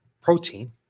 protein